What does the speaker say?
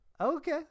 Okay